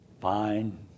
Fine